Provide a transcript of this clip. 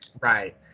Right